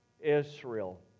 israel